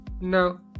No